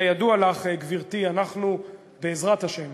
כידוע לך, גברתי, אנחנו, בעזרת השם,